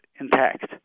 intact